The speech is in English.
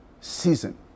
season